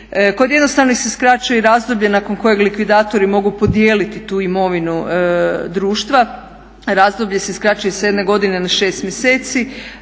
Kod jednostavnih se skraćuje i razdoblje nakon kojeg likvidatori mogu podijeliti tu imovinu društva. Razdoblje se skraćuje sa jedne godine na 6 mjeseci